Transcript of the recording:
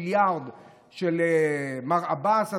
מיליארד של מר עבאס,